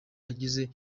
yagiye